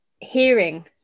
hearing